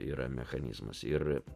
yra mechanizmas ir